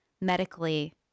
medically